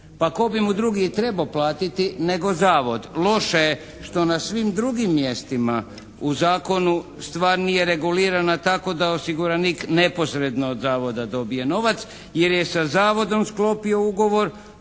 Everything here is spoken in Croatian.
Pa tko bi mu drugi i trebao platiti nego zavod. Loše je što na svim drugim mjestima u zakonu stvar nije regulirana tako da osiguranik neposredno od zavoda dobije novac jer je sa zavodom sklopio ugovor,